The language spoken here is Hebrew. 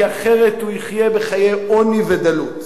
כי אחרת הוא יחיה חיי עוני ודלות.